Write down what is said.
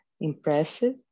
impressive